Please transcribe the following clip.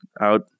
out